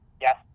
Yes